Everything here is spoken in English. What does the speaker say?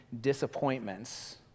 disappointments